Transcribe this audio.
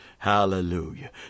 Hallelujah